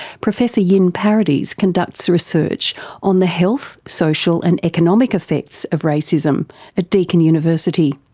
professor yin paradies conducts research on the health, social and economic effects of racism at deakin university.